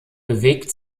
bewegt